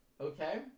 okay